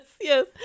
yes